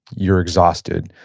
you're exhausted.